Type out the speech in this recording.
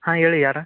ಹಾಂ ಹೇಳಿ ಯಾರು